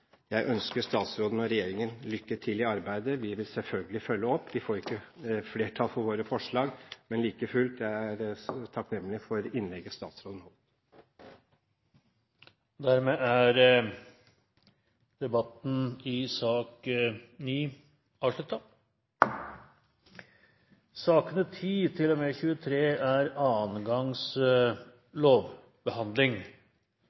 Jeg ønsker statsråden og regjeringen lykke til i arbeidet. Vi vil selvfølgelig følge opp. Vi får ikke flertall for våre forslag, men like fullt: Jeg er takknemlig for innlegget som statsråden holdt. Dermed er debatten i sak